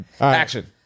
Action